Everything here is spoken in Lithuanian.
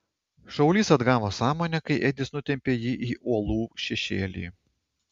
šaulys atgavo sąmonę kai edis nutempė jį į uolų šešėlį